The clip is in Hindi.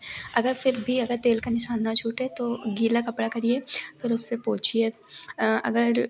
अगर फिर भी अगर तेल का निशान ना छूटे तो गीला कपड़ा करिए फिर उससे पोंछिए अगर